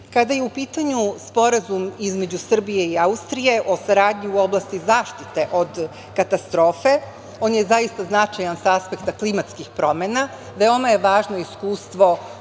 je u pitanju Sporazum između Srbije i Austrije o saradnji u oblasti zaštite od katastrofa, on je zaista značajan sa aspekta klimatskih promena. Veoma je važno iskustvo